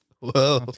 Whoa